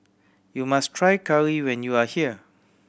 you must try curry when you are here